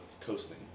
coasting